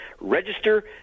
register